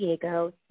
Diego